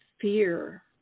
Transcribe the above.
fear